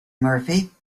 murphy